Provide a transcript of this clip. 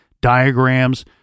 diagrams